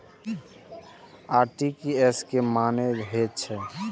RTGS के की मानें हे छे?